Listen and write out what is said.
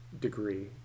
degree